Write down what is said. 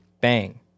Bang